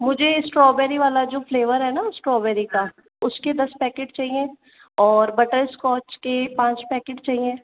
मुझे स्ट्रॉबेरी वाला जो फ्लेवर है ना स्ट्रॉबेरी का उसके दस पैकेट चाहिए और बटरस्कॉच के पाँच पैकेट चाहिए